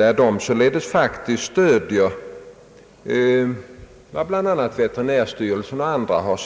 Sällskapet stöder faktiskt vad bl.a. veterinärstyrelsen uttalat och